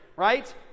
right